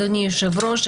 אדוני היושב-ראש,